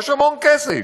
יש המון כסף.